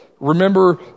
Remember